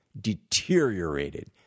deteriorated